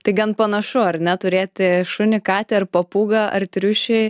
tai gan panašu ar ne turėti šunį katę ar papūgą ar triušį